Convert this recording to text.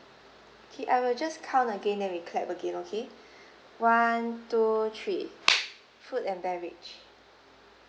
okay I will just count again then we clap again okay one two three food and beverage